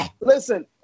Listen